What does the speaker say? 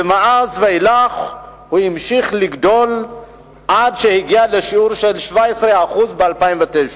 ומאז ואילך הוא המשיך לגדול עד שהגיע לשיעור של 17% ב-2009,